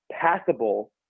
passable